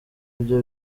byo